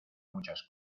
muchas